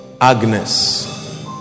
Agnes